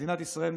מדינת ישראל,